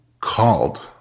called